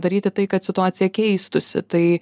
daryti tai kad situacija keistųsi tai